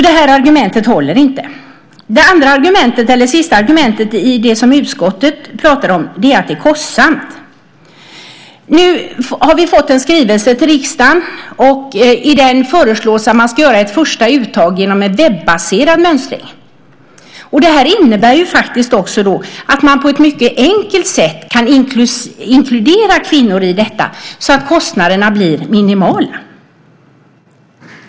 Det argumentet håller inte. Det sista argumentet i det som utskottet pratar om är att det är kostsamt. Vi har fått en skrivelse till riksdagen. I den föreslås att man ska göra ett första uttag genom en webbaserad mönstring. Det innebär att man på ett mycket enkelt sätt kan inkludera kvinnor. Då blir kostnaderna minimala.